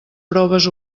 proves